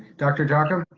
dr. jocham?